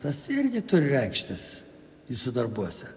tas irgi turi reikštis jūsų darbuose